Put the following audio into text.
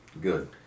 Good